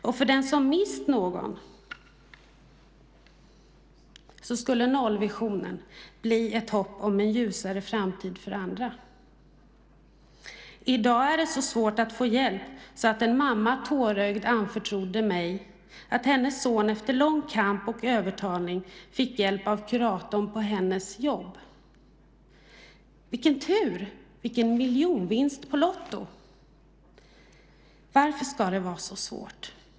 Och för den som mist någon skulle nollvisionen bli ett hopp om en ljusare framtid för andra. I dag är det så svårt att få hjälp att en mamma tårögd anförtrodde mig att hennes son efter lång kamp och övertalning fick hjälp av kuratorn på hennes jobb. Vilken tur, vilken miljonvinst på lotto! Varför ska det vara så svårt?